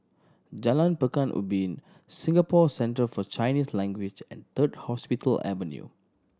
Jalan Pekan Ubin Singapore Center For Chinese Language and Third Hospital Avenue